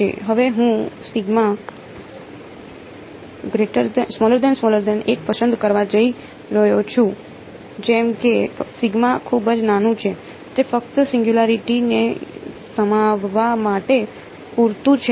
હવે હું પસંદ કરવા જઈ રહ્યો છું જેમ કે ખૂબ જ નાનું છે તે ફક્ત સિંગયુંલારીટી ને સમાવવા માટે પૂરતું છે